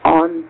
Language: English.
on